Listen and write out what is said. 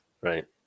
Right